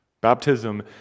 Baptism